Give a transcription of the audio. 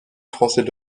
français